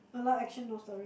a lot action no story